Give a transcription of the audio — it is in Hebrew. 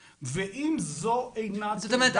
ואם זו אינה תעודה ציבורית --- זאת אומרת,